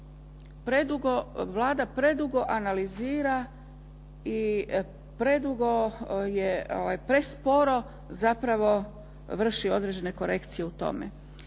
Vlada predugo analizira i presporo vrši određene korekcije u tome.